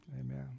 Amen